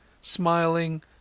smiling